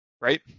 Right